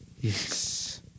Yes